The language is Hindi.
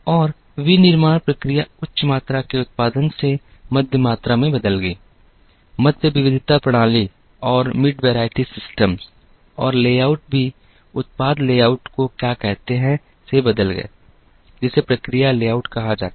और विनिर्माण प्रक्रिया उच्च मात्रा के उत्पादन से मध्य मात्रा में बदल गई मध्य विविधता प्रणाली और लेआउट भी उत्पाद लेआउट को क्या कहते हैं से बदल गए जिसे प्रक्रिया लेआउट कहा जाता है